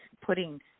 putting